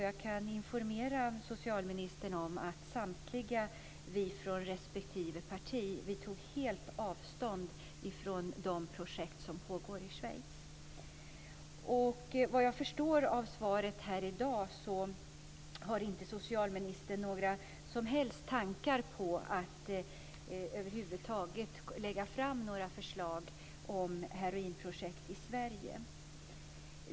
Jag kan informera socialministern om att vi samtliga från respektive partier tog helt avstånd från de projekt som pågår i Såvitt jag förstår av svaret här i dag har inte socialministern några som helst tankar på att över huvud taget lägga fram förslag om heroinprojekt i Sverige.